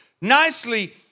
nicely